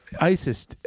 ISIS